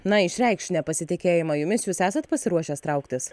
na išreikš nepasitikėjimą jumis jūs esat pasiruošęs trauktis